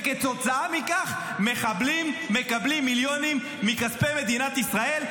וכתוצאה מכך מחבלים מקבלים מיליונים מכספי מדינת ישראל.